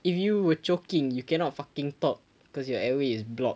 if you were choking you cannot fucking talk cause your airway is blocked